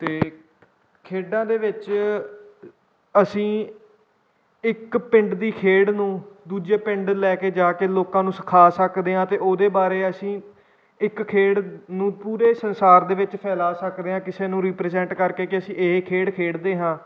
ਅਤੇ ਖੇਡਾਂ ਦੇ ਵਿੱਚ ਅਸੀਂ ਇੱਕ ਪਿੰਡ ਦੀ ਖੇਡ ਨੂੰ ਦੂਜੇ ਪਿੰਡ ਲੈ ਕੇ ਜਾ ਕੇ ਲੋਕਾਂ ਨੂੰ ਸਿਖਾ ਸਕਦੇ ਹਾਂ ਅਤੇ ਉਹਦੇ ਬਾਰੇ ਅਸੀਂ ਇੱਕ ਖੇਡ ਨੂੰ ਪੂਰੇ ਸੰਸਾਰ ਦੇ ਵਿੱਚ ਫੈਲਾ ਸਕਦੇ ਹਾਂ ਕਿਸੇ ਨੂੰ ਰੀਪ੍ਰਜੈਂਟ ਕਰਕੇ ਕਿ ਅਸੀਂ ਇਹ ਖੇਡ ਖੇਡਦੇ ਹਾਂ